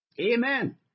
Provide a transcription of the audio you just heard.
Amen